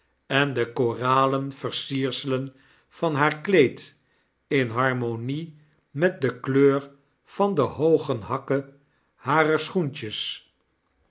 en de koralen versierselen van haar kleed in harmonie met de kleur van de hooge hakken harer schoentjes